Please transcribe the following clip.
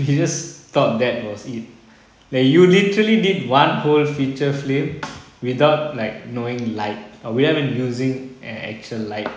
we just thought that was it th~ you literally did one whole feature film without like knowing light or without even using an actual light